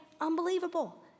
unbelievable